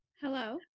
Hello